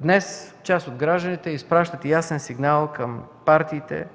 Днес част от гражданите изпращат ясен сигнал към партиите,